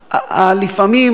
לפעמים,